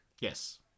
Yes